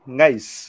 guys